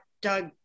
Doug